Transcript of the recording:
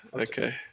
Okay